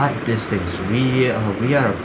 these things we are we are